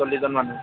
চল্লিছজন মানুহ